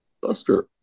Buster